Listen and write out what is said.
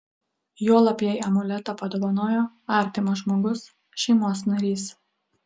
juolab jei amuletą padovanojo artimas žmogus šeimos narys